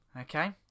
Okay